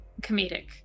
comedic